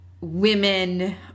women